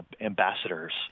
ambassadors